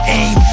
aim